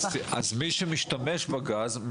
אז מי שמשתמש בגז,